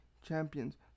champions